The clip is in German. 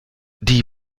die